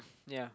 ya